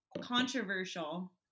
controversial